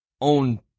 own